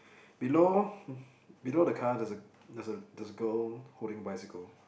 below below the car there's a there's a there's girl holding the bicycle